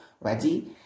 Ready